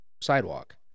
sidewalk